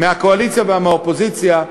מהקואליציה ומהאופוזיציה,